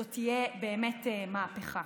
זו תהיה באמת מהפכה.